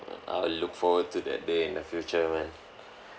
I'll look forward to that day in the future when